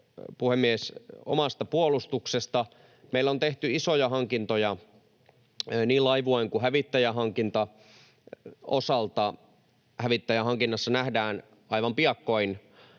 puhemies, omasta puolustuksesta. Meillä on tehty isoja hankintoja niin laivue- kuin hävittäjähankinnan osalta. Hävittäjähankinnassa nähdään aivan piakkoin